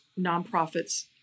nonprofits